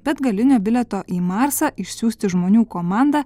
be atgalinio bilieto į marsą išsiųsti žmonių komandą